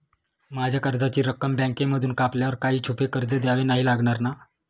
माझ्या कर्जाची रक्कम बँकेमधून कापल्यावर काही छुपे खर्च द्यावे नाही लागणार ना?